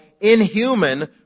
inhuman